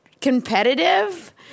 competitive